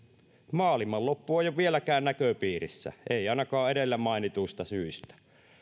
maailmanloppu ei ole vieläkään näköpiirissä ei ainakaan edellä mainituista syistä